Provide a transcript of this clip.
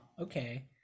Okay